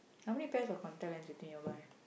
how many pair of contact lens you think you will buy